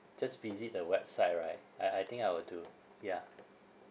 just visit the website right I I think I will do yeah